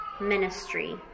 ministry